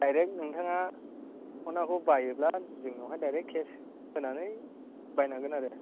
direct नोंथाङा फनखौ बायोब्ला जोंनावहाय डायरेक्ट केस होनानै बायनांगोन आरो